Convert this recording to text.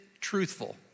truthful